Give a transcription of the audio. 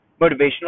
motivational